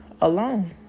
alone